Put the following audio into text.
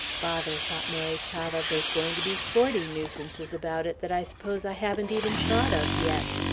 bother, thought mary chavah, there's going to be forty nuisances about it that i s'pose i haven't even thought of yet.